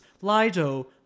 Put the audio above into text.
lido